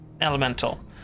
elemental